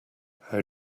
how